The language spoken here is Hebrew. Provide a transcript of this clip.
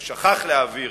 או שכח להעביר,